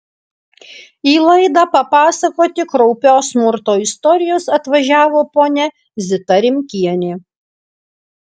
į laidą papasakoti kraupios smurto istorijos atvažiavo ponia zita rimkienė